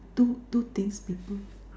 two two things between